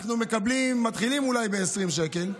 אנחנו אולי מתחילים ב-20 שקל,